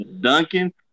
Duncan